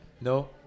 No